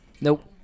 nope